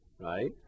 right